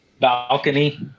Balcony